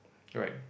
alright